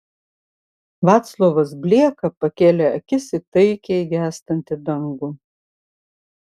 vaclovas blieka pakėlė akis į taikiai gęstantį dangų